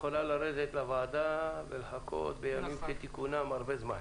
יכולה לרדת לוועדה ולחכות בימים כתיקונם הרבה זמן.